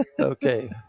Okay